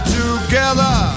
together